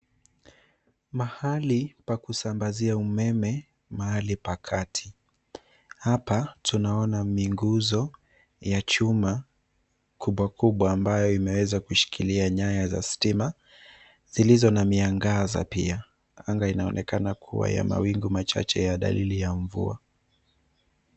Mahali pa kusambazia umeme, mahali pa kati. Hapa tunaona minguzo ya chuma kubwa kubwa ambayo imeweza kushikilia nyaya za stima zilizo na miangaza pia. Anga inaonekana kuwa ya mawingu machache ya dalili ya mvua.